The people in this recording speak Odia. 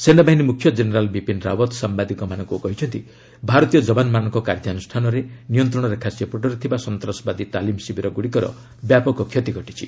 ସେନାବାହିନୀ ମୁଖ୍ୟ ଜେନେରାଲ୍ ବିପିନ୍ ରାଓ୍ୱତ୍ ସାମ୍ବାଦିକମାନଙ୍କୁ କହିଛନ୍ତି ଭାରତୀୟ ଯବାନମାନଙ୍କ କାର୍ଯ୍ୟାନୁଷ୍ଠାନରେ ନିୟନ୍ତ୍ରଣ ରେଖା ସେପଟରେ ଥିବା ସନ୍ତାସବାଦୀ ତାଲିମ ଶିବିରଗୁଡ଼ିକର ବ୍ୟାପକ କ୍ଷତି ଘଟିଛି